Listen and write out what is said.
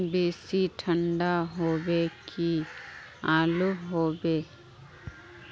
बेसी ठंडा होबे की आलू होबे